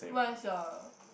what is your